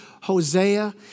Hosea